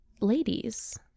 ladies